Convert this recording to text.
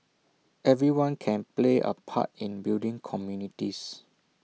everyone can play A part in building communities